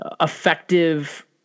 effective